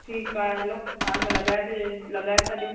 ठीकु आहे हलो तव्हां खे लॻाए लॻाए था ॾियूं